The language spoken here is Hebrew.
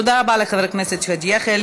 תודה רבה לחבר הכנסת עבד אל חכים חאג' יחיא.